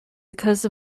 because